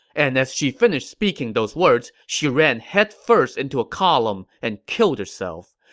and as she finished speaking those words, she ran headfirst into a column and killed herself.